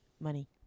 Money